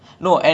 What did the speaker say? ya then